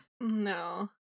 No